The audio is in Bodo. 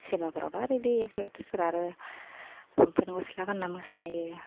सिनिमाफोरावथ' आरो बिदि एक्टर एक्ट्रिसफोरारो लंफेन गस्ला गान्ना मोसायो